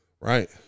Right